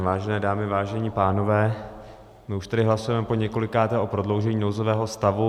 Vážené dámy, vážení pánové, my už tady hlasujeme poněkolikáté o prodloužení nouzového stavu.